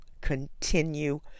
continue